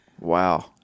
Wow